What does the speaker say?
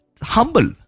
humble